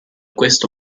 questo